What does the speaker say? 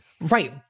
Right